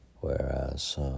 whereas